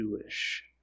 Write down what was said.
Jewish